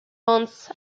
months